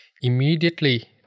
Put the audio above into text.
immediately